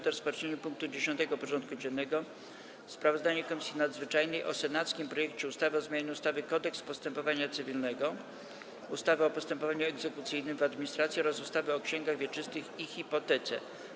Powracamy do rozpatrzenia punktu 10. porządku dziennego: Sprawozdanie Komisji Nadzwyczajnej o senackim projekcie ustawy o zmianie ustawy Kodeks postępowania cywilnego, ustawy o postępowaniu egzekucyjnym w administracji oraz ustawy o księgach wieczystych i hipotece.